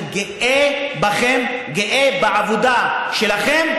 אני גאה בכם, גאה בעבודה שלכם.